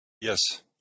Yes